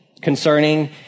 concerning